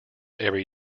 every